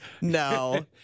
No